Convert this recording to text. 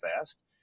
fast